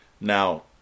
Now